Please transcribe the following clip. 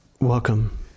welcome